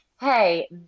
hey